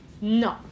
No